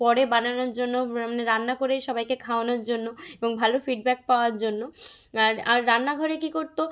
পরে বানানোর জন্য রান্না করে সবাইকে খাওয়ানোর জন্য এবং ভালো ফিডব্যাক পাওয়ার জন্য আর আর রান্নাঘরে কী করত